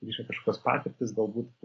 riša kažkokios patirtys galbūt